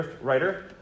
writer